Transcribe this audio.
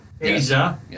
Asia